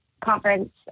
conference